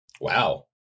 Wow